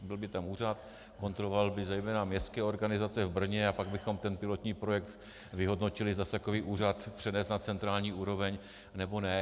Byl by tam úřad, kontroloval by zejména městské organizace v Brně a pak bychom ten pilotní projekt vyhodnotili, zda takový úřad přenést na centrální úroveň, nebo ne.